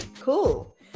cool